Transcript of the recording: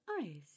eyes